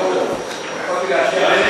ישתנה.